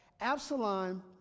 Absalom